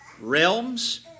realms